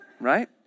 Right